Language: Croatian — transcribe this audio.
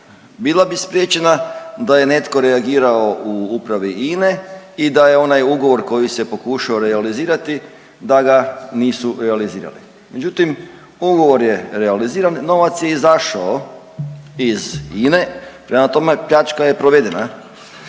Bila bi spriječena da je netko reagirao u upravi INA-e i da je onaj ugovor koji se pokušao realizirati da ga nisu realizirali. Međutim, ugovor je realiziran, novac je izašao iz INA-e. Prema tome, pljačka je provedena.